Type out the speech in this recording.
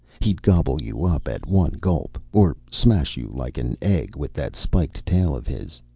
he'd gobble you up at one gulp, or smash you like an egg with that spiked tail of his.